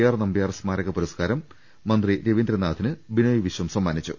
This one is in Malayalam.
ആർ നമ്പ്യാർ സ്മാരക പുരസ്കാരം മന്ത്രി രവീന്ദ്രനാഥിന് ബിനോയ് വിശ്വം സമ്മാനിച്ചു